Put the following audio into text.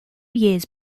years